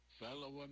fellow